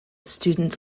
students